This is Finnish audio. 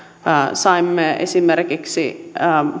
saimme esimerkiksi